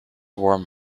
warm